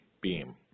beam